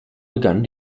begann